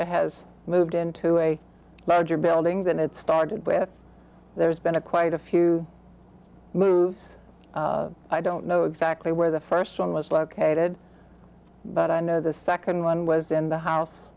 it has moved into a larger building than it started with there's been a quite a few moves i don't know exactly where the first one was located but i know the second one was in the house